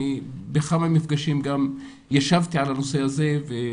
בכמה מפגשים גם ישבתי על הנושא הזה,